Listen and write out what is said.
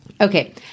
Okay